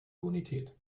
bonität